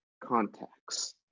contacts